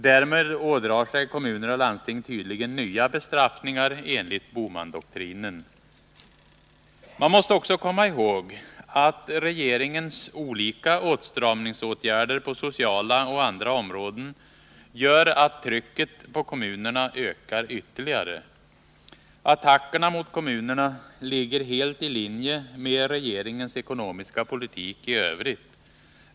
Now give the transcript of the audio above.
Därmed ådrar sig kommuner och landsting tydligen nya bestraffningar enligt Bohmandoktrinen. Man måste också komma ihåg att regeringens olika åtstramningsåtgärder på sociala och andra områden gör att trycket på kommunerna ökar ytterligare. Attackerna mot kommunerna ligger helt i linje med regeringens ekonomiska politik i övrigt.